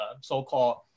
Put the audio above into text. so-called